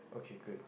okay good